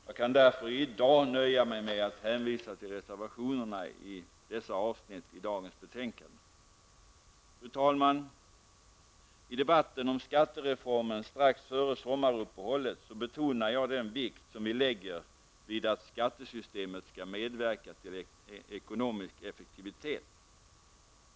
Jag kan därför i dag nöja mig med att hänvisa till reservationerna i dessa avsnitt i dagens betänkande. Fru talman! I debatten om skattereformen strax före sommaruppehållet betonade jag den vikt som vi lägger vid att skattesystemet skall medverka till ekonomisk effektivitet.